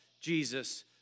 Jesus